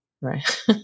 Right